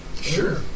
Sure